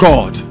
God